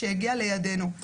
שהגיעה לידינו,